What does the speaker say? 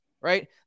right